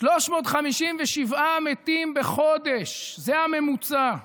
357 מתים בחודש, זה הממוצע.